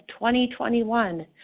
2021